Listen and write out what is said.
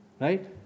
right